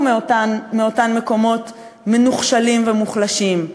מאותם מקומות מנוחשלים ומוחלשים,